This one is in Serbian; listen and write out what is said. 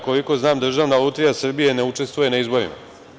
Koliko znam, Državna lutrija Srbije ne učestvuje na izborima.